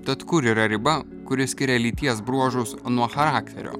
tad kur yra riba kuri skiria lyties bruožus nuo charakterio